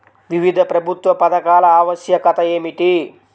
వివిధ ప్రభుత్వ పథకాల ఆవశ్యకత ఏమిటీ?